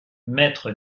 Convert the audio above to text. maître